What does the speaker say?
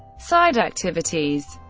side activities